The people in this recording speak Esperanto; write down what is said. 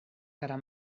kara